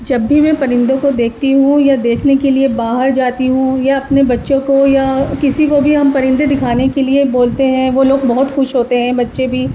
جب بھی میں پرندوں کو دیکھتی ہوں یا دیکھنے کے لیے باہر جاتی ہوں یا اپنے بچوں کو یا کسی کو بھی ہم پرندے دکھانے کے لیے بولتے ہیں وہ لوگ بہت خوش ہوتے ہیں بچے بھی